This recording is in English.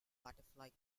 butterfly